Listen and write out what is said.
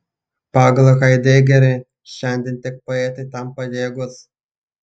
pagal haidegerį šiandien tik poetai tam pajėgūs